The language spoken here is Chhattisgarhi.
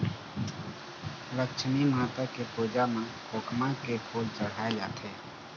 लक्छमी माता के पूजा म खोखमा के फूल चड़हाय जाथे